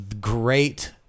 great